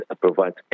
provides